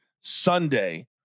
Sunday